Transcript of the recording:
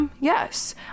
yes